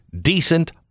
decent